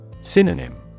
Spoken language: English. Synonym